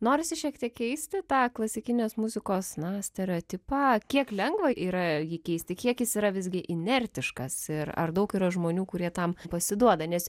norisi šiek tiek keisti tą klasikinės muzikos na stereotipą kiek lengva yra jį keisti kiek jis yra visgi inertiškas ir ar daug yra žmonių kurie tam pasiduoda nes